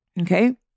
okay